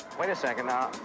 wait a second now,